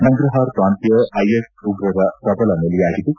ನಂಗ್ರಹಾರ್ ಪ್ರಾಂತ್ಲ ಐಎಸ್ ಉಗ್ರರ ಪ್ರಬಲ ನೆಲೆಯಾಗಿದ್ದು